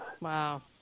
Wow